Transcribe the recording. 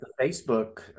facebook